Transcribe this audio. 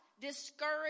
discourage